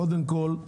קודם כול,